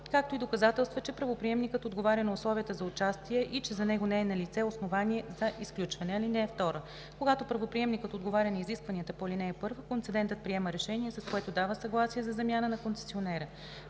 както и доказателства, че правоприемникът отговаря на условията за участие и че за него не е налице основание за изключване. (2) Когато правоприемникът отговаря на изискванията по ал. 1, концедентът приема решение, с което дава съгласие за замяна на концесионера.